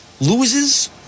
loses